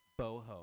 BOHO